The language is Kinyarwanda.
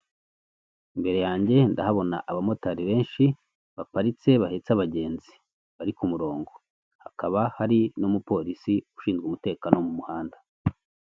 Imbere yange ndahabona abamotari benshi, baparitse, bahetse abagenzi, bari ku murongo, hakaba hari n'umupolisi ushinzwe umutekano wo mu muhanda.